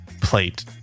plate